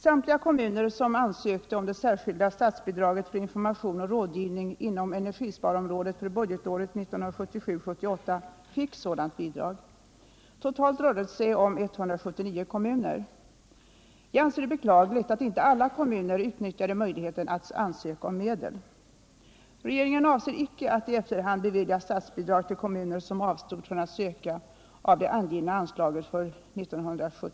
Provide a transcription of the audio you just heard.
Samtliga kommuner som ansökte om det särskilda statsbidraget för information och rådgivning inom energisparområdet för budgetåret 1977 78.